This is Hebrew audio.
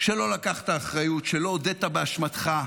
שלא לקחת אחריות, שלא הודית באשמתך,